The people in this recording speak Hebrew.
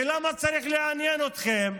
כי למה צריך לעניין אתכם?